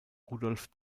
rudolf